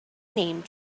named